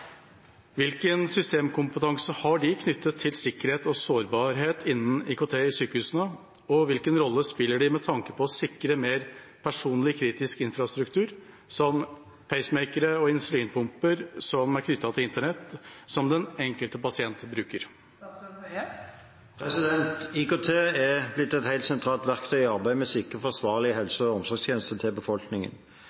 Hvilken systemkompetanse har de knyttet til sikkerhet og sårbarhet innen IKT i sykehusene, og hvilken rolle spiller de med tanke på å sikre mer personlig kritisk infrastruktur som pacemakere og insulinpumper som den enkelte pasient bruker?» IKT er blitt et helt sentralt verktøy i arbeidet med å sikre